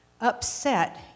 upset